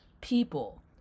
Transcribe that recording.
people